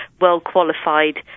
well-qualified